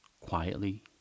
quietly